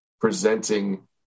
presenting